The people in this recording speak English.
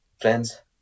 friends